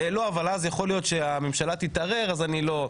לא אבל אז יכול להיות שהממשלה תתערער אז אני לא.